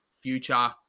future